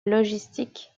logistique